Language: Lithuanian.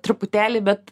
truputėlį bet